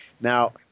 Now